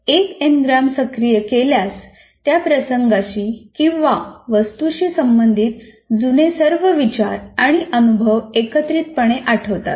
एक एनग्राम सक्रिय केल्यास त्या प्रसंगाशी किंवा वस्तूशी संबंधित जुने सर्व विचार आणि अनुभव एकत्रितपणे आठवतात